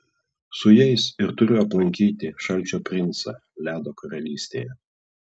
su jais ir turiu aplankyti šalčio princą ledo karalystėje